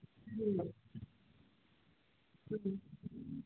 ꯎꯝ ꯎꯝ